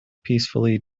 peacefully